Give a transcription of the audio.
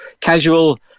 Casual